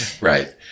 Right